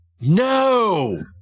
No